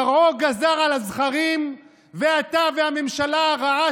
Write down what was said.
פרעה גזר על הזכרים ואתה והממשלה הרעה